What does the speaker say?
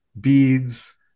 beads